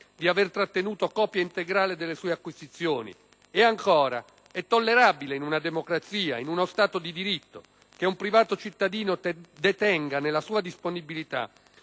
di avere trattenuto copia integrale delle sue acquisizioni? E ancora, è tollerabile in una democrazia, in uno Stato di diritto, che un privato cittadino detenga nella sua disponibilità,